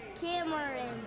Cameron